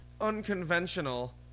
unconventional